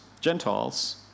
Gentiles